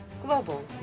Global